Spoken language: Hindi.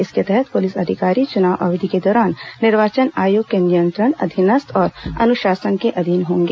इसके तहत पुलिस अधिकारी चुनाव अवधि के दौरान निर्वाचन आयोग के नियंत्रण अधीनस्थ और अनुशासन के अधीन होंगे